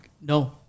no